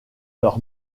leur